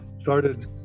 started